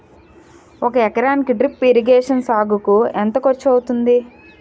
ఒక ఎకరానికి drip irrigation సాగుకు ఎంత ఖర్చు అవుతుంది?